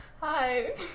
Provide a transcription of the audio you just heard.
Hi